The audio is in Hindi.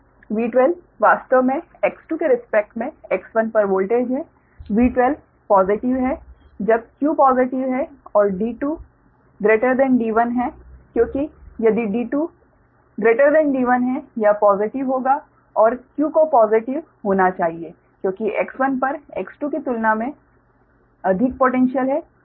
इसलिए V12 वास्तव में X2 के रिस्पेक्ट में X1 पर वोल्टेज है V12 पॉज़िटिव है जब q पॉज़िटिव है और D2 D1 है क्योंकि यदि D2 D1 यह पॉज़िटिव होगा और q को पॉज़िटिव होना चाहिए क्योंकि X1 पर X2 की तुलना मे अधिक पोटैन्श्यल है